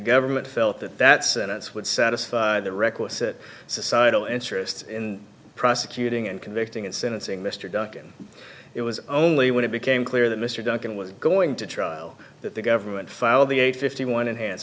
government felt that that's an it's would satisfy the requisite societal interest in prosecuting and convicting and sentencing mr duncan it was only when it became clear that mr duncan was going to trial that the government filed the a fifty one enhanced